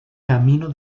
camino